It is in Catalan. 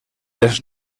les